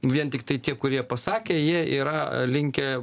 vien tiktai tie kurie pasakė jie yra linkę